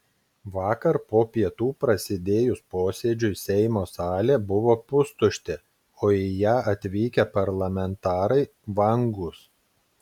vakar po pietų prasidėjus posėdžiui seimo salė buvo pustuštė o į ją atvykę parlamentarai vangūs